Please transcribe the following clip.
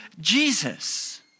Jesus